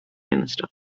minister